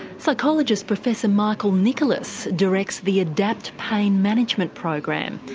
psychologist professor michael nicholas directs the adapt pain management program.